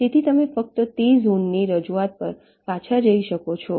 તેથી તમે ફક્ત તે ઝોનની રજૂઆત પર પાછા જઈ શકો છો